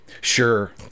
sure